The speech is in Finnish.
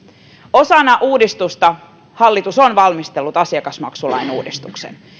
osana uudistusta hallitus on valmistellut asiakasmaksulain uudistuksen